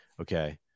okay